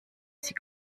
sie